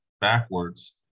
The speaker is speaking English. backwards